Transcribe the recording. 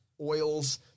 oils